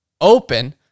open